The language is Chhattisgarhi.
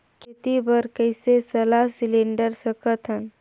खेती बर कइसे सलाह सिलेंडर सकथन?